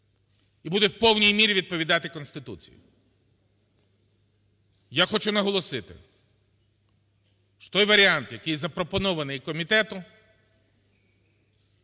і буде в повній мірі відповідати Конституції. Я хочу наголосити, що той варіант, який запропонований комітетом,